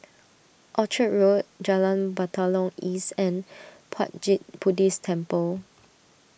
Orchard Road Jalan Batalong East and Puat Jit Buddhist Temple